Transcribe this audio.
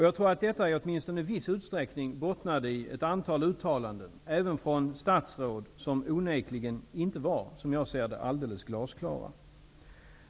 Jag tror att detta förhållande, i viss utsträckning, bottnade i ett antal uttalanden, uttalanden -- även från statsråd -- som onekligen inte var, som jag ser det, alldeles glasklara.